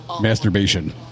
masturbation